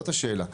זאת השאלה.